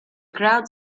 crowd